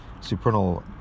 supernal